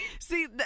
See